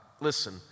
listen